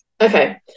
Okay